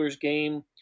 game